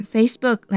Facebook